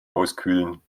auskühlen